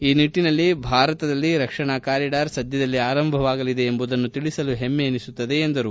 ಈ ನಿಟ್ಲಿನಲ್ಲಿ ಭಾರತದಲ್ಲಿ ರಕ್ಷಣಾ ಕಾರಿಡಾರ್ ಸದ್ಯದಲ್ಲೇ ಆರಂಭವಾಗಲಿದೆ ಎಂಬುದನ್ನು ತಿಳಿಸಲು ಹೆಮ್ಮೆ ಎನಿಸುತ್ತಿದೆ ಎಂದರು